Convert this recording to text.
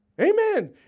Amen